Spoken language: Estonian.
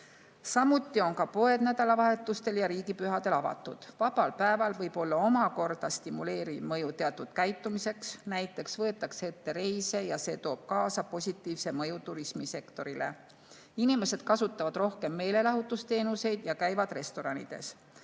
Samuti on ka poed nädalavahetustel ja riigipühadel avatud. Vabal päeval võib ka olla stimuleeriv mõju teatud käitumiseks, näiteks võetakse ette reise ja see toob kaasa positiivse mõju turismisektorile. Inimesed kasutavad rohkem meelelahutusteenuseid ja käivad restoranides.